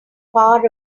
far